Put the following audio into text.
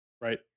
right